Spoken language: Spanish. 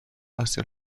hacia